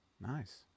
Nice